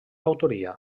autoria